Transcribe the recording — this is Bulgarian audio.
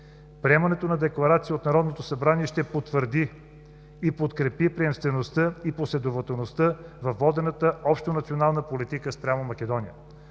Приемането на декларация от Народното събрание ще потвърди и подкрепи приемствеността и последователността във водената общонационална политика спрямо Македония.